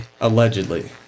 Allegedly